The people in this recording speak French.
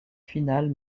finale